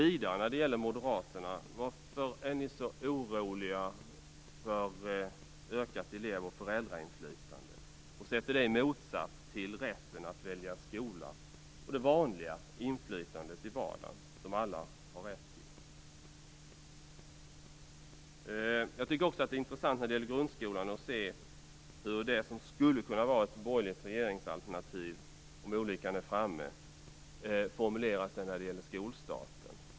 Vidare när det gäller moderaterna: Varför är ni så oroliga för ökat elev och föräldrainflytande och sätter det i motsats till rätten att välja skola och det vanliga inflytandet i vardagen, som alla har rätt till? Jag tycker också att det när det gäller grundskolan är intressant att se hur det som skulle kunna vara ett borgerligt regeringsalternativ om olyckan är framme formuleras när det gäller skolstarten.